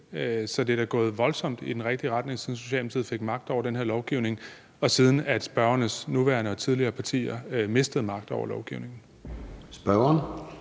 Så det er da gået voldsomt i den rigtige retning, siden Socialdemokratiet fik magt over den her lovgivning, og siden spørgernes nuværende og tidligere partier mistede magten over lovgivningen. Kl.